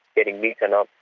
getting beaten up,